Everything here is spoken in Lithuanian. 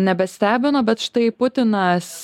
nebestebino bet štai putinas